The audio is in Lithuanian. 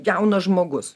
jaunas žmogus